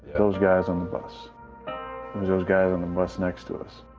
those guys on the bus. it was those guys on the bus next to us.